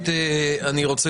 אני רוצה